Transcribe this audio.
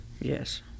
yes